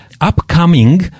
Upcoming